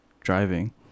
driving